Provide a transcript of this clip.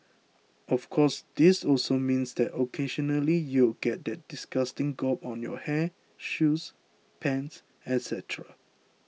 of course this also means that occasionally you'll get that disgusting gob on your hair shoes pants etcetera